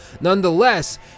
Nonetheless